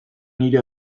nire